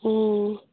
ꯑꯣ